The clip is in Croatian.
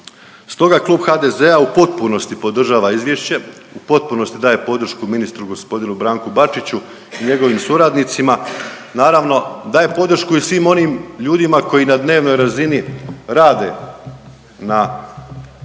Stoga Klub HDZ-a u potpunosti podržava izvješće, u potpunosti daje podršku ministru g. Branku Bačiću i njegovim suradnicima, naravno daje podršku i svim onim ljudima koji na dnevnoj razini rade na obnovi,